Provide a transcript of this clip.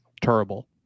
Terrible